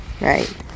right